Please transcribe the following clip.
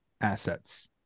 assets